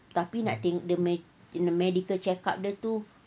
tapi nak tengok dia punya medical check up dia tu